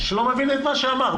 לא מבין את מה שאמרת.